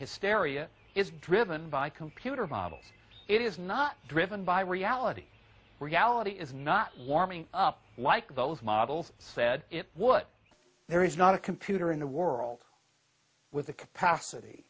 hysteria is driven by computer models it is not driven by reality reality is not warming up like both models said what there is not a computer in the world with the capacity